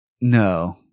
No